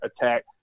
attack